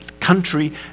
country